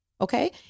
Okay